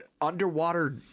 underwater